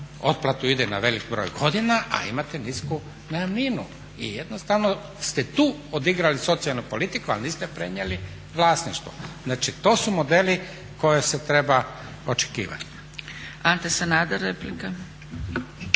otplatu ide na velik broj godina, a imate nisku najamninu. I jednostavno ste tu odigrali socijalnu politiku, a niste prenijeli vlasništvo. Znači, to su modeli koje se treba očekivati. **Zgrebec, Dragica